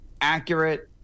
accurate